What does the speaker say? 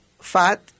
Fat